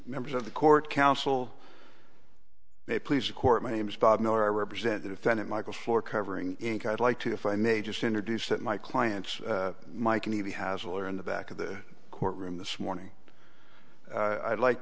members of the court counsel they please the court my name is bob miller i represent the defendant michael floor covering inc i'd like to if i may just introduce that my client's mike and he has a lawyer in the back of the courtroom this morning i'd like